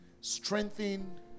strengthen